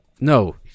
no